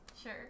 Sure